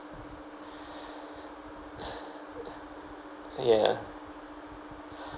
ya